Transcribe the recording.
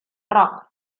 roc